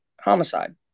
homicide